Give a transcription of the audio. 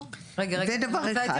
זה דבר אחד.